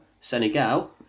senegal